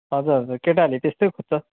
हजुर हजुर केटाहरूले त्यस्तै खोज्छ